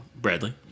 Bradley